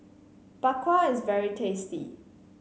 Bak Kwa is very tasty